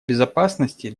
безопасности